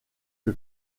que